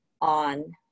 on